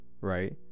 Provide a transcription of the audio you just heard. right